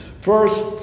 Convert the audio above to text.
First